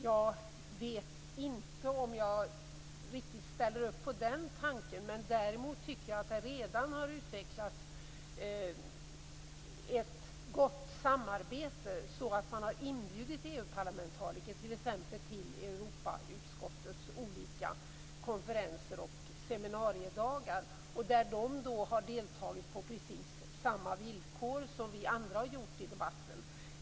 Jag vet inte om jag riktigt ställer upp på den tanken. Däremot har det redan utvecklats ett gott samarbete, på så sätt att EU-parlamentariker har inbjudits t.ex. till Europautskottets olika konferenser och seminariedagar. EU-parlamentarikerna har där deltagit i debatten på precis samma villkor som vi andra.